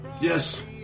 Yes